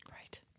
Right